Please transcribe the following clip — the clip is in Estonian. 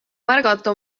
märgata